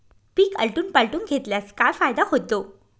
पीक आलटून पालटून घेतल्यास काय फायदा होतो?